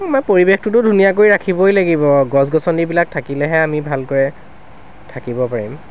আমাৰ পৰিৱেশটোতো ধুনীয়া কৰি ৰাখিবই লাগিব আৰু গছ গছনিবিলাক থাকিলেহে আমি ভালকৈ থাকিব পাৰিম